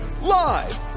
live